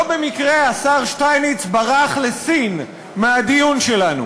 לא במקרה השר שטייניץ ברח לסין מהדיון שלנו.